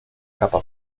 capa